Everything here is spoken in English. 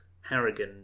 Harrigan